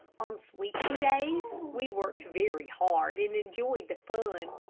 on sweeping days we worked very hard, and enjoyed the fun.